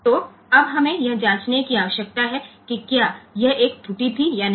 तो अब हमें यह जांचने की आवश्यकता है कि क्या यह एक त्रुटि थी या नहीं